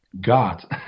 God